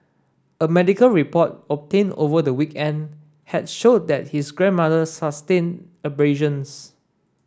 a medical report obtained over the weekend had showed that his grandmother sustained abrasions